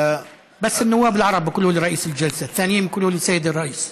) (אומר בערבית: רק הערבים קוראים לי "יושב-ראש הישיבה".